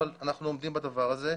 אבל אנחנו עומדים בדבר הזה.